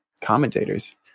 commentators